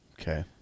Okay